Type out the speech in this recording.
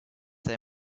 say